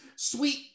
Sweet